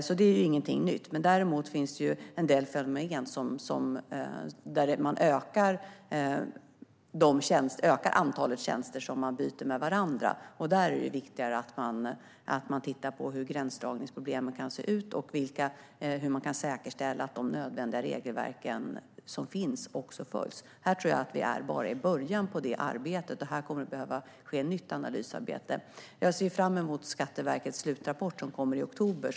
Detta är inget nytt. Däremot finns det en del fenomen i dag som innebär att det antal tjänster man byter med varandra ökar, och där är det viktigt att man tittar på gränsdragningsproblemen och hur man kan säkerställa att de nödvändiga regelverken följs. Vi är nog bara i början av det arbetet. Här kommer det att behöva ske nytt analysarbete. Jag ser fram emot Skatteverkets slutrapport, som kommer i oktober.